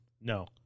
No